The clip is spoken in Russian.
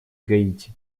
гаити